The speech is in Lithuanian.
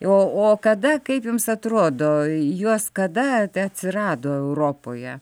o o kada kaip jums atrodo juos kada atsirado europoje